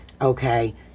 Okay